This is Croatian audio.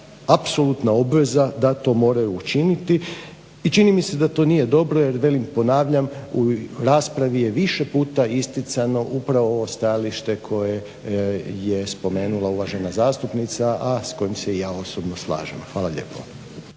apsolutna obveza da to moraju učiniti. I čini mi se da to nije dobro jer velim ponavljam u raspravi je više puta isticano upravo ovo stajalište koje je spomenula uvažena zastupnica, a s kojim se i ja osobno slažem. Hvala lijepo.